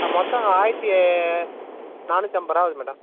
ஆ மொத்தம் ஆயிரத்தி நானூத்தம்பது ரூபா ஆகுது மேடம்